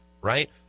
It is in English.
right